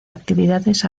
actividades